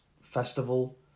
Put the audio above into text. festival